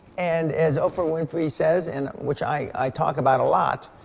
and as oprah winfrey says, and which i talk about a lot,